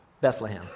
Bethlehem